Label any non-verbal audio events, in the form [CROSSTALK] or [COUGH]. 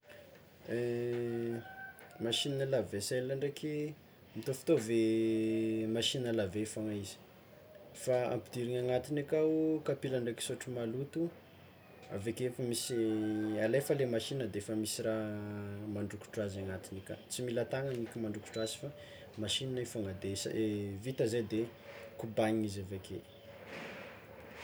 [HESITATION] Machine lave vaisselle ndraiky mitovitovy machine à laver fôgna izy, fa ampidirigny agnatigny akao kapila ndraiky sotro maloto, aveke efa misy, alefa le machine defa misy raha mandrokotro azy agnatiny aka tsy mila tagnana eky mandrokotra azy fa machine io fôgna de s- vita zay de kobagnina izy aveke.